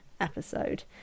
episode